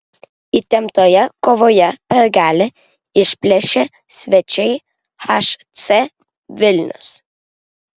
įtemptoje kovoje pergalę išplėšė svečiai hc vilnius